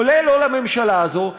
כולל לא לממשלה הזאת,